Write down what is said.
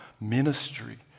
ministry